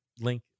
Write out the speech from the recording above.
link